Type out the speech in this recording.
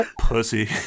Pussy